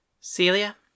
Celia